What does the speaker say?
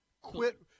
Quit